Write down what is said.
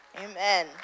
Amen